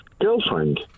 girlfriend